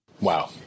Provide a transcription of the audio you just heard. Wow